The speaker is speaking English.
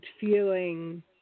feeling